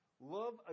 Love